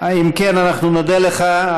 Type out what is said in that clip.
אם כן, אנחנו נודה לך.